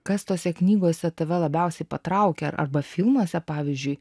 kas tose knygose tave labiausiai patraukia arba filmuose pavyzdžiui